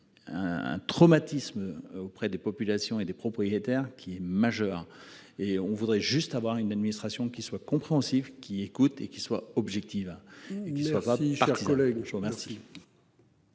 un traumatisme auprès des populations et des propriétaires qui est majeur et on voudrait juste avoir une administration qui soient compréhensifs qui écoute et qui soit objective. Et qui soit une